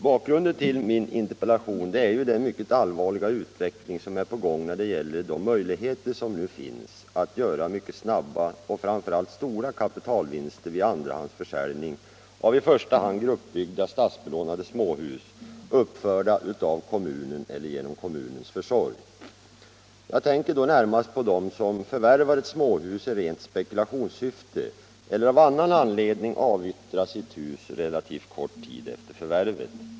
Bakgrunden till min interpellation är den mycket allvarliga utveckling som är på gång när det gäller de möjligheter som nu finns att göra mycket snabba och framför allt stora kapitalvinster vid andrahandsförsäljning av främst gruppbyggda statsbelånade småhus, uppförda av kommunen eller genom kommunens försorg. Jag tänker då närmast på dem som förvärvar ett småhus i rent spekulationssyfte eller som av annan anledning avyttrar sitt hus relativt kort tid efter förvärvet.